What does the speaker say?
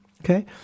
Okay